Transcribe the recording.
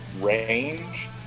range